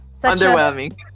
Underwhelming